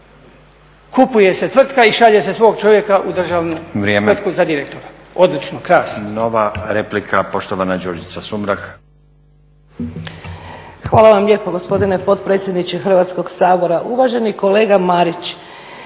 Kupuje se tvrtka i šalje se svog čovjeka u državnu tvrtku za direktora. Odlično, krasno!